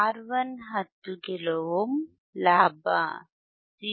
R1 10 kilo ohm ಲಾಭ 0